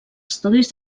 estudis